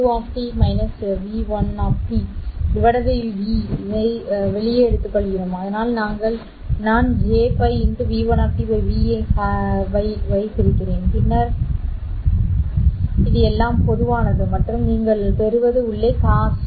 நாங்கள் இதை v¿¿2 v¿¿1 ¿¿வெளியே எடுத்துக்கொள்கிறோம் இதனால் நான் jπ v1 V have ஐ வைத்திருக்கிறேன் பின்னர் je v¿¿2 −v¿¿1 2V also உள்ளது இது எல்லாம் பொதுவானது மற்றும் நீங்கள் பெறுவது உள்ளே cos is v¿¿2 −v¿¿1 ¿¿ Vл